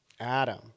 Adam